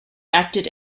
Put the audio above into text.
acted